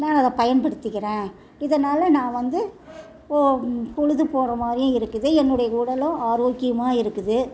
நான் அதை பயன்படுத்திக்கிறேன் இதனால் நான் வந்து ஓ பொழுது போகறமாரியும் இருக்குது என்னுடைய உடலும் ஆரோக்கியமாக இருக்குது